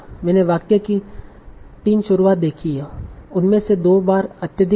मैंने वाक्य की 3 शुरुआत देखी है उनमें से दो बार अत्यधिक हुई